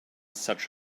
such